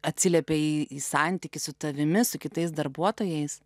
atsiliepia į į santykį su tavimi su kitais darbuotojais